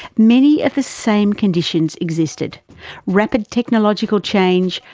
many of the same conditions existed rapid technological change,